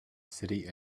city